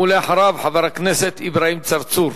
ולאחריו, חבר הכנסת אברהים צרצור.